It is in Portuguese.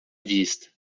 vista